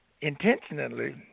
intentionally